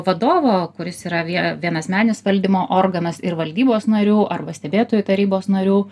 vadovo kuris yra vie vienasmenis valdymo organas ir valdybos narių arba stebėtojų tarybos narių